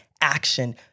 action